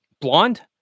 Blonde